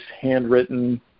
handwritten